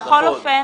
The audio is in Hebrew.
בכל אופן,